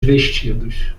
vestidos